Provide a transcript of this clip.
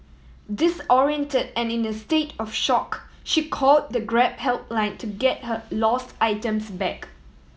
disoriented and in a state of shock she call the Grab helpline to get her lost items back